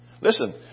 Listen